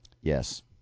Yes